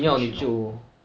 should be normal